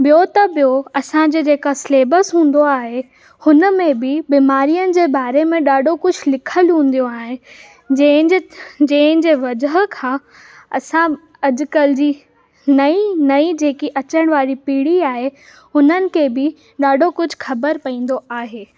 ॿियो त ॿियो असांजो जेका स्लेबस हूंदो आहे हुन में बि बीमारियुनि जे बारे में ॾाढो कुझु लिखियलु हूंदो आहे जंहिंजे जंहिंजे वजह खां असां अॼुकल्ह जी नई नई जेकि अचण वारी पीढ़ी आहे हुननि खे बि ॾाढो कुझु ख़बर पवंदो आहे